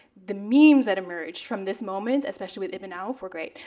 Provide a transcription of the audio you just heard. the memes that emerged from this moment, especially with ibn auf, were great.